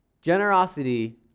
Generosity